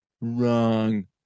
Wrong